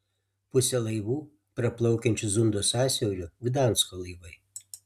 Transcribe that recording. pusė laivų praplaukiančių zundo sąsiauriu gdansko laivai